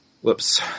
Whoops